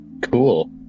cool